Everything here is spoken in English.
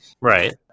Right